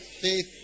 Faith